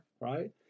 Right